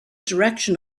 direction